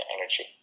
energy